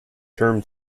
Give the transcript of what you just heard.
term